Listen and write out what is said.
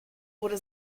wurde